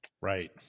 Right